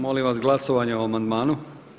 Molim vas glasovanje o amandmanu.